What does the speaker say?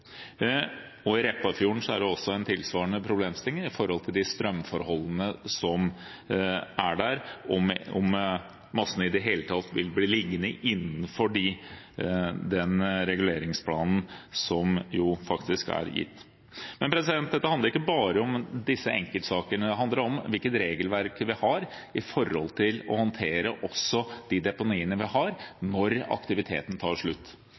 Repparfjorden er det tilsvarende en problemstilling med strømforholdene som er der, om massene i det hele tatt vil bli liggende innenfor den reguleringsplanen som faktisk er lagt. Dette handler ikke bare om disse enkeltsakene. Det handler også om hvilket regelverk vi har for å håndtere de deponiene vi har, når aktiviteten tar slutt.